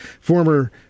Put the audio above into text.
former